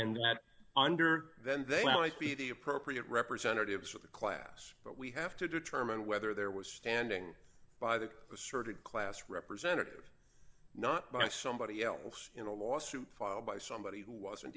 that under then they might be the appropriate representatives of the class but we have to determine whether there was standing by the asserted class representative not by somebody else in a lawsuit filed by somebody who wasn't